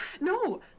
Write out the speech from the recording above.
No